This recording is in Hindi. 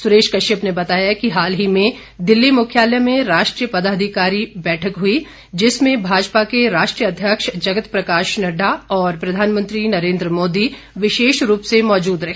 सुरेश कश्यप ने बताया कि हाल ही में दिल्ली मुख्यालय में राष्ट्रीय पदाधिकारी बैठक हुई जिसमें भाजपा के राष्ट्रीय अध्यक्ष जगत प्रकाश नड्डा और प्रधानमंत्री नरेंद्र मोदी विशेष रूप से मौजूद रहे